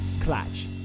clutch